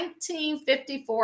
1954